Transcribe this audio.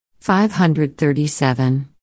537